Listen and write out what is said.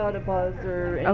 but buzz or